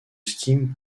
scheme